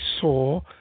saw